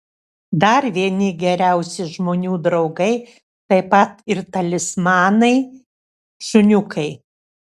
dar vieni geriausi žmonių draugai taip pat ir talismanai šuniukai